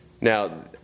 Now